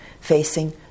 facing